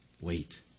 wait